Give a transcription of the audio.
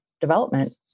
development